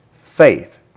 Faith